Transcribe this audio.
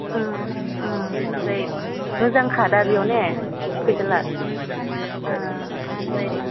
ओमफ्राय मोजांखादा बेयाव ने हस्पिटाला इनिफ्राय